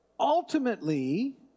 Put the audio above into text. Ultimately